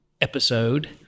episode